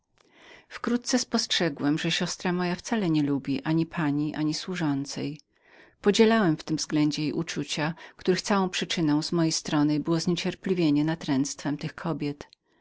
wkrótce spostrzegłem że siostra moja wcale nie lubiła ani pani ani służącej podzielałem w tym względzie jej uczucia których całą przyczyną z mojej strony była niecierpliwość z natręctwa tych kobiet